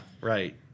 right